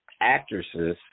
actresses